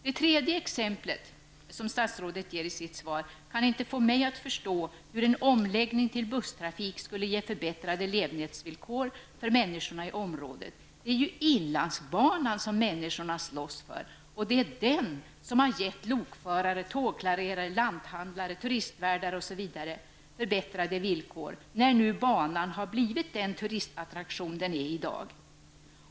Det tredje exemplet som statsrådet ger i sitt svar kan inte få mig att förstå hur en omläggning till busstrafik skulle ge förbättrade levnadsvillkor för människorna i området. Det är ju inlandsbanan som människorna slåss för. Det är ju den som har gett lokförare, tågklarerare, lanthandlare, turistvärdar osv. förbättrade villkor, när nu banan har blivit den turistattraktion som den är i dag.